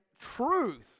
truth